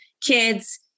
kids